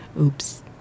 oops